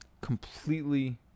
completely